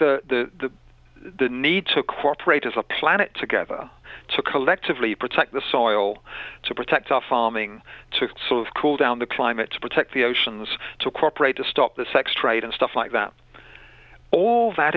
the need to cooperate as a planet together to collectively protect the soil to protect our farming to sort of cool down the climate to protect the oceans to cooperate to stop the sex trade and stuff like that all that